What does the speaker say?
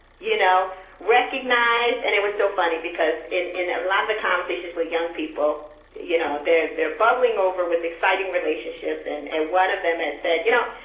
you know recognize and it was so funny, because in in a lot of the conversations with young people you know, they're they're bubbling over with exciting relationships. and and one of them had said, you know,